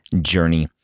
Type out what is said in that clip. journey